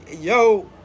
Yo